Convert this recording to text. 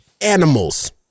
animals